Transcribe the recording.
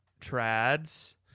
trads